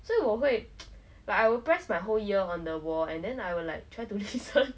所以我会 like I would press my whole ear on the wall and then I will like try to listen